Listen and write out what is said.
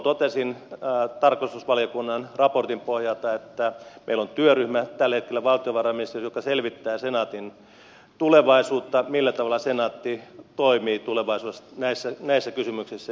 tuolloin totesin tarkastusvaliokunnan raportin pohjalta että meillä on tällä hetkellä valtiovarainministeriössä työryhmä joka selvittää senaatin tulevaisuutta millä tavalla senaatti toimii tulevaisuudessa näissä kysymyksissä